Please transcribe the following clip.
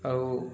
ଆଉ